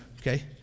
okay